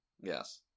Yes